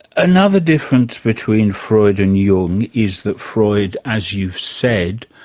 another difference between freud and jung is that freud, as you've said,